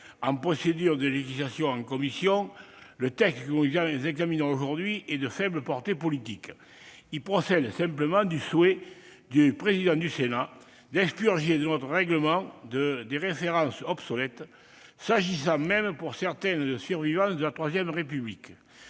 la procédure de législation en commission, le texte que nous examinons aujourd'hui est de faible portée politique. Il procède simplement du souhait du président du Sénat d'expurger notre règlement de références obsolètes, dont certaines sont des survivances de la III République.